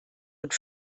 und